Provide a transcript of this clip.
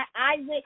Isaac